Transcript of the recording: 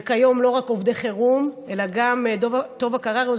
וכיום לא רק עובדי חירום אלא גם טובה קררו,